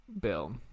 Bill